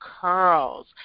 curls